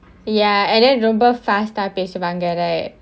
ya and then ரொம்ப:romba fast ah பேசுவாங்க:pesuvaanga